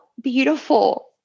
beautiful